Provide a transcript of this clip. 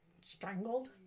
strangled